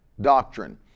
doctrine